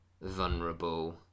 vulnerable